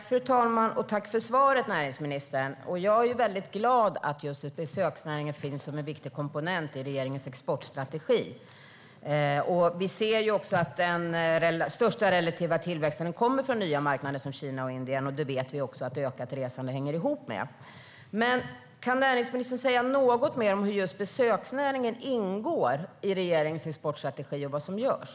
Fru talman! Jag tackar näringsministern för svaret. Jag är mycket glad för att just besöksnäringen finns som en viktig komponent i regeringens exportstrategi. Vi ser att den största relativa tillväxten kommer från nya marknader som Kina och Indien, och vi vet att ökat resande hänger ihop med detta. Kan näringsministern säga någonting mer om hur just besöksnäringen ingår i regeringens exportstrategi och vad som görs?